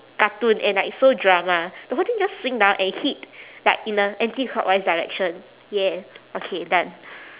cartoon and like so drama the whole thing just swing down and hit like in a anti-clockwise direction ya okay done